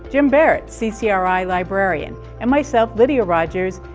jim barrett, ccri librarian, and myself, lydia rogers,